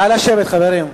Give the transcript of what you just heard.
נא לשבת, חברים.